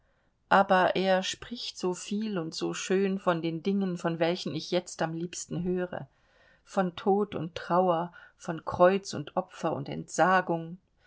aber er spricht so viel und so schön von den dingen von welchen ich jetzt am liebsten höre von tod und trauer von kreuz und opfer und entsagung